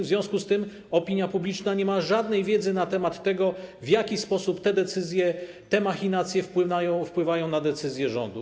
W związku z tym opinia publiczna nie ma żadnej wiedzy na temat tego, w jaki sposób te decyzje, machinacje wpływają na decyzje rządu.